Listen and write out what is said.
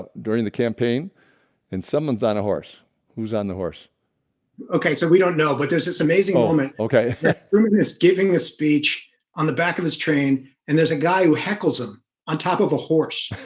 during the campaign and someone's on a horse who's on the horse okay, so we don't know but there's this amazing moment. okay is giving a speech on the back of his train and there's a guy who heckles him on top of a horse